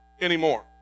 anymore